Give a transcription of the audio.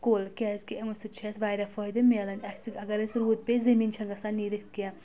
کُل کیازکہِ اَمو سۭتۍ چھِ اَسہِ واریاہ فٲیدٕ مِلان اَسہِ اگر أسۍ روٗد پیٚیہِ زٔمیٖن چھنہٕ گژھان نیٖرِتھ کینٛہہ